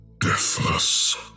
deathless